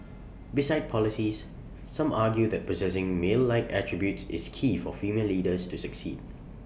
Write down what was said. besides policies some argue that possessing male like attributes is key for female leaders to succeed